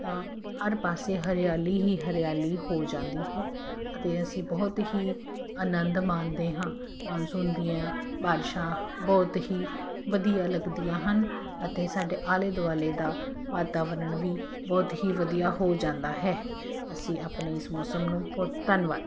ਤਾਂ ਹਰ ਪਾਸੇ ਹਰਿਆਲੀ ਹੀ ਹਰਿਆਲੀ ਹੋ ਜਾਂਦੀ ਹੈ ਅਤੇ ਅਸੀਂ ਬਹੁਤ ਹੀ ਆਨੰਦ ਮਾਣਦੇ ਹਾਂ ਮਾਨਸੂਨ ਦੀਆਂ ਬਾਰਸ਼ਾਂ ਬਹੁਤ ਹੀ ਵਧੀਆ ਲੱਗਦੀਆਂ ਹਨ ਅਤੇ ਸਾਡੇ ਆਲੇ ਦੁਆਲੇ ਦਾ ਵਾਤਾਵਰਨ ਵੀ ਬਹੁਤ ਹੀ ਵਧੀਆ ਹੋ ਜਾਂਦਾ ਹੈ ਅਸੀਂ ਆਪਣੇ ਇਸ ਮੌਸਮ ਨੂੰ ਬਹੁਤ ਧੰਨਵਾਦ